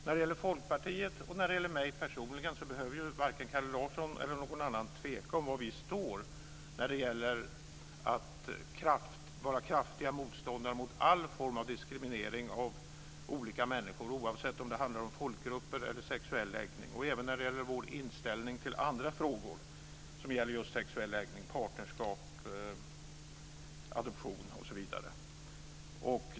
Varken Kalle Larsson eller någon annan behöver tveka om var jag personligen eller Folkpartiet står när det gäller kraftigt motstånd mot all form av diskriminering av olika människor, oavsett om det handlar om folkgrupper eller sexuell läggning. Det gäller även vår inställning i andra frågor som gäller just sexuell läggning, som partnerskaps och adoptionsfrågor osv.